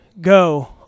go